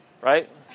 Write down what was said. right